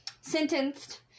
sentenced